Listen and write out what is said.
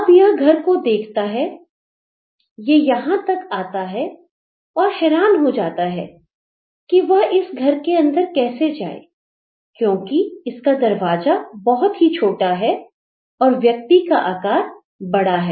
अब यह घर को देखता है यह यहां तक आता है और हैरान हो जाता है कि वह इस घर के अंदर कैसे जाए क्योंकि इसका दरवाजा बहुत ही छोटा है और व्यक्ति का आकार बड़ा है